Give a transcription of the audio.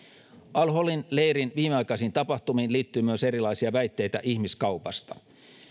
al holin leirin viimeaikaisiin tapahtumiin liittyy myös erilaisia väitteitä ihmiskaupasta